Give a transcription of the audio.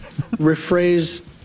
rephrase